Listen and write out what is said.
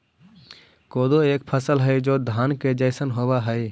कोदो एक फसल हई जो धान के जैसन होव हई